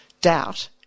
doubt